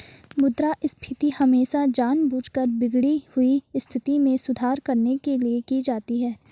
मुद्रा संस्फीति हमेशा जानबूझकर बिगड़ी हुई स्थिति में सुधार करने के लिए की जाती है